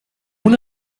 una